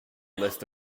list